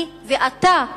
אני ואתה,